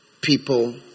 people